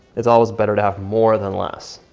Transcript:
it's always better to have more than less.